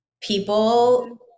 People